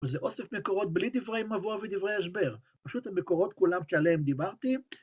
וזה אוסף מקורות בלי דברי מבוא ודברי הסבר, פשוט המקורות כולם שעליהם דיברתי.